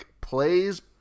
plays